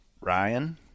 Ryan